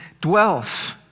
dwells